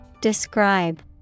Describe